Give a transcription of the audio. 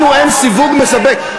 לנו אין סיווג מספק.